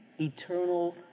eternal